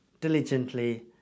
diligently